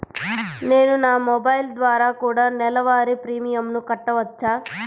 నేను నా మొబైల్ ద్వారా కూడ నెల వారి ప్రీమియంను కట్టావచ్చా?